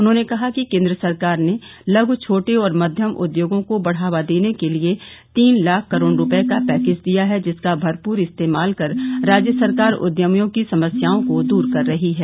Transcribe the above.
उन्होंने कहा कि केन्द्र सरकार ने लघु छोटे और मध्यम उद्योगों को बढ़ावा देने के लिये तीन लाख करोड़ रूपये का पैकेज दिया है जिसका भरपूर इस्तेमाल कर राज्य सरकार उद्यमियों की समस्या को दूर कर रही है